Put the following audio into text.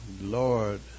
Lord